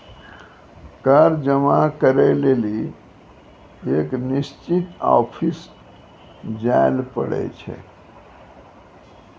कर जमा करै लेली एक निश्चित ऑफिस जाय ल पड़ै छै